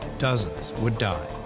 dozens would die.